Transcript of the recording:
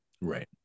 Right